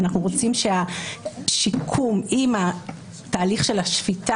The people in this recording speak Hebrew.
אנחנו רוצים שהשיקום עם התהליך של השפיטה